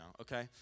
Okay